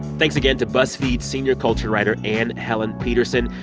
thanks again to buzzfeed senior culture writer anne helen petersen.